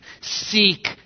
Seek